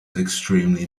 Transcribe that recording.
extremely